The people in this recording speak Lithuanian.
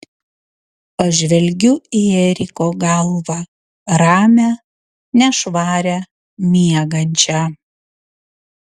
pažvelgiu į eriko galvą ramią nešvarią miegančią